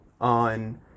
on